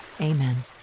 amen